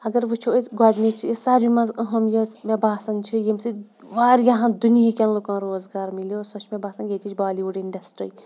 اگر وٕچھو أسۍ گۄڈنِچ یہِ ساروے منٛز اہم یۄس مےٚ باسان چھِ ییٚمہِ سۭتۍ واریاہَن دُنہیٖکٮ۪ن لُکَن روزگار مِلیو سۄ چھِ مےٚ باسان ییٚتِچ بالیٖوُڈ اِنڈَسٹِرٛی